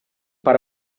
per